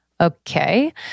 Okay